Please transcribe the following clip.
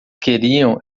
queriam